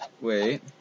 Wait